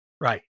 Right